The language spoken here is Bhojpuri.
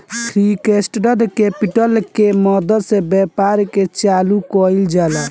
फिक्स्ड कैपिटल के मदद से व्यापार के चालू कईल जाला